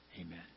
Amen